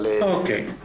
אוקיי.